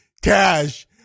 Cash